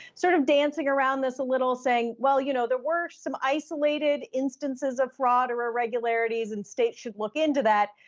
sort of dancing around this a little, saying, well, you know there were some isolated isolated instances of fraud or irregularities, and states should look into that,